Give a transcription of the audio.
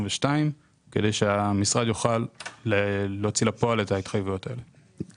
כדי שהמשרד יוכל להוציא לפועל את ההתחייבויות האלה.